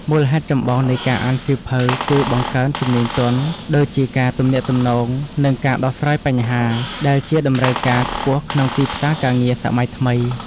មូលហេតុចម្បងនៃការអានសៀវភៅ គឺបង្កើនជំនាញទន់ ដូចជាការទំនាក់ទំនង និងការដោះស្រាយបញ្ហា ដែលជាតម្រូវការខ្ពស់ក្នុងទីផ្សារការងារសម័យថ្មី។